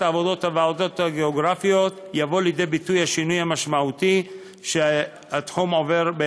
עבודתן תהיה יעילה יותר משל ועדות החקירה שפעלו עד